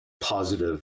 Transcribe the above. positive